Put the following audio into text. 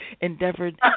endeavored